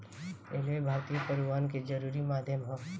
railway भारतीय परिवहन के जरुरी माध्यम ह